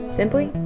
simply